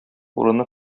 урыны